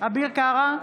אביר קארה,